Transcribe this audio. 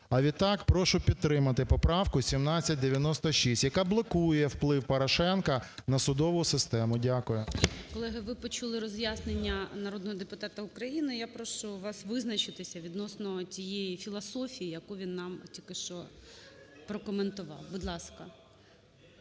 А відтак, прошу підтримати поправку 1796, яка блокує вплив Порошенка на судову систему. Дякую. ГОЛОВУЮЧИЙ. Колеги, ви почули роз'яснення народного депутата України. Я прошу вас визначитися відносно тієї філософії, яку він нам тільки що прокоментував. Будь ласка.